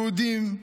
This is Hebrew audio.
יהודים,